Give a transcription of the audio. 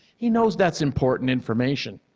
he knows that's important information.